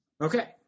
Okay